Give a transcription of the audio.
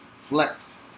flex